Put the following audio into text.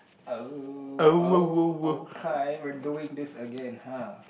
oh oh okay we're doing this again [huh]